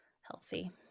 healthy